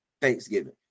thanksgiving